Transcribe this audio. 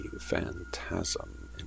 phantasm